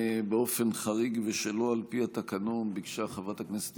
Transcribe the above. באופן חריג ושלא על פי התקנון ביקשה חברת הכנסת